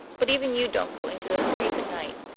but even you don't go into those trees at night.